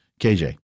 KJ